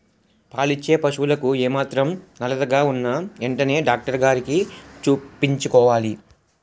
పాలిచ్చే పశువులకు ఏమాత్రం నలతగా ఉన్నా ఎంటనే డాక్టరికి చూపించుకోవాలి